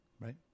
right